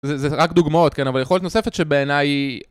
זה זה רק דוגמאות כן, אבל יכולת נוספת שבעיניי